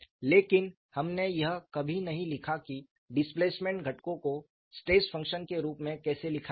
लेकिन हमने यह कभी नहीं लिखा कि डिस्प्लेसमेंट घटकों को स्ट्रेस फंक्शन के रूप में कैसे लिखा जाए